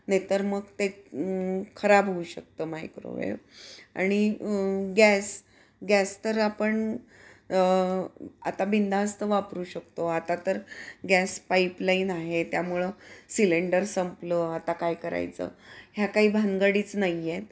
नाही तर मग ते खराब होऊ शकतं मायक्रोवेव आणि गॅस गॅस तर आपण आता बिंधास्त वापरू शकतो आता तर गॅस पाईपलाईन आहे त्यामुळं सिलेंडर संपलं आता काय करायचं ह्या काही भानगडीच नाही आहेत